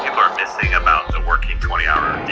are missing about the working twenty hour